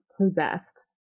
possessed